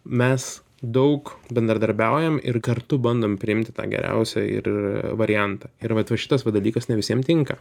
mes daug bendradarbiaujam ir kartu bandom priimti tą geriausią ir variantą ir vat va šitas va dalykas ne visiem tinka